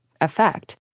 effect